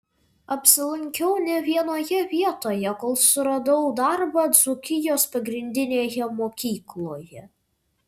apsilankiau ne vienoje vietoje kol suradau darbą dzūkijos pagrindinėje mokykloje